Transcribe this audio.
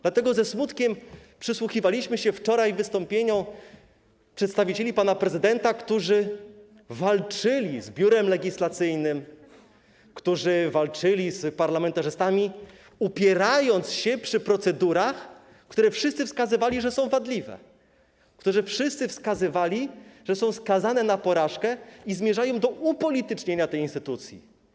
Dlatego ze smutkiem przysłuchiwaliśmy się wczoraj wystąpieniom przedstawicieli pana prezydenta, którzy walczyli z Biurem Legislacyjnym, którzy walczyli z parlamentarzystami, upierając się przy procedurach, w przypadku których wszyscy wskazywali, że są wadliwe, że są skazane na porażkę i zmierzają do upolitycznienia tej instytucji.